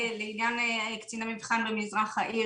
בעניין קציני מבחן במזרח העיר,